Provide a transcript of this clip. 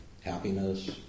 happiness